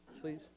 please